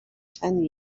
ten